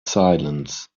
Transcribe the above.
silence